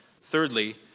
Thirdly